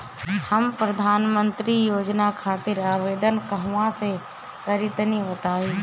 हम प्रधनमंत्री योजना खातिर आवेदन कहवा से करि तनि बताईं?